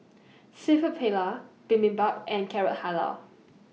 Seafood Paella Bibimbap and Carrot Halwa